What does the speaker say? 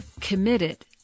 committed